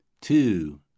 two